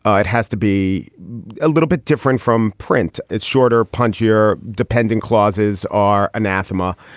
ah it has to be a little bit different from print. it's shorter, punchier, dependent clauses are anathema.